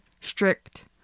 strict